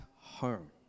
home